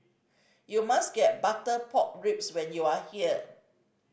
you must get butter pork ribs when you are here